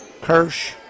Kirsch